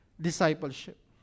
discipleship